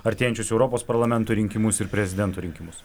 artėjančius europos parlamento rinkimus ir prezidento rinkimus